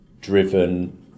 driven